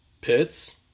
pits